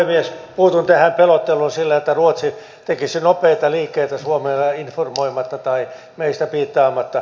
puutun tähän pelotteluun siitä että ruotsi tekisi nopeita liikkeitä suomea informoimatta tai meistä piittaamatta